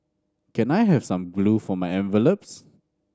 can I have some glue for my envelopes